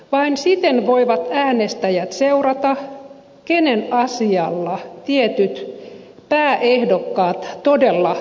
vain siten voivat äänestäjät seurata kenen asialla tietyt pääehdokkaat todella toimivat